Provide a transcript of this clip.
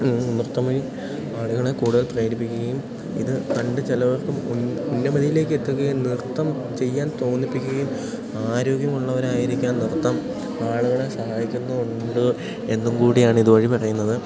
നൃത്തം വഴി ആളുകളെ കൂടുതൽ പ്രേരിപ്പിക്കുകയും ഇത് കണ്ട് ചിലവർക്കും ഉൻ ഉന്നതിയിലേക്ക് എത്തുകയും നൃത്തം ചെയ്യാൻ തോന്നിപ്പിക്കുകയും ആരോഗ്യമുള്ളവരായിരിക്കാൻ നൃത്തം ആളുകളെ സഹായിക്കുന്നുമുണ്ട് എന്നും കൂടിയാണ് ഇതു വഴി പറയുന്നത്